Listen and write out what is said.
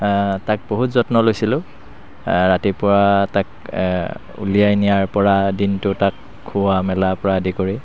তাক বহুত যত্ন লৈছিলোঁ ৰাতিপুৱা তাক উলিয়াই নিয়াৰ পৰা দিনটো তাক খুওৱা মেলাৰ পৰা আদি কৰি